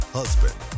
husband